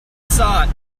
sought